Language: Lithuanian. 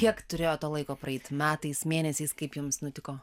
kiek turėjo to laiko praeit metais mėnesiais kaip jums nutiko